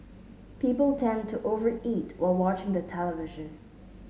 people tend to over eat while watching the television